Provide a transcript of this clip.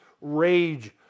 rage